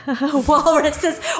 Walruses